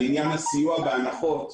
על עניין הסיוע בהנחות.